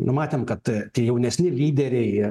numatėm kad tie jaunesni lyderiai